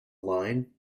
line